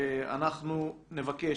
אנחנו נבקש,